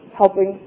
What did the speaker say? helping